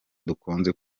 dukunze